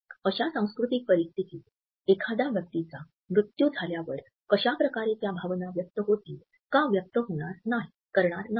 अशा सांस्कृतिक परिस्थितीत एखाद्या व्यक्तीचा मृत्यू झाल्यावर कश्याप्रकारे त्या भावना व्यक्त होतील का व्यक्त करणार नाहीत